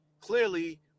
clearly